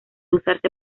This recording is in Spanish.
usarse